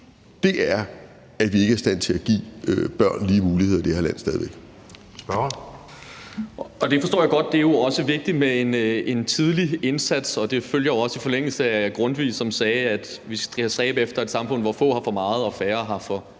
(Jeppe Søe): Spørgeren. Kl. 19:49 Sigurd Agersnap (SF): Det forstår jeg godt. Det er jo også vigtigt med en tidlig indsats, og det følger jo også i forlængelse af Grundtvig, som sagde, at vi skal stræbe efter et samfund, hvor få har for meget og færre har for